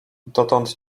dotąd